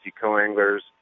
co-anglers